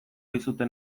dizute